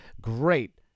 Great